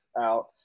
out